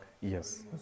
Yes